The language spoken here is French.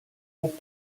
hauts